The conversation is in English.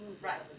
Right